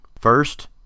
First